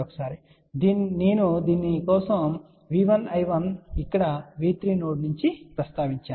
కాబట్టి నేను దీని కోసం V1I1 ఇక్కడ V3 నోడ్ గురించి ప్రస్తావించాను